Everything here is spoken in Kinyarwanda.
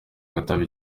agatabi